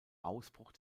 ausbruch